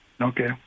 Okay